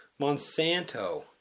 Monsanto